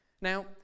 Now